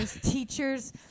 teachers